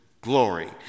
glory